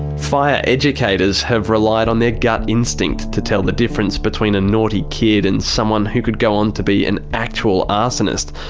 fire educators have relied on their gut instinct to tell the difference between a naughty kid and someone who could go on to be an actual arsonist.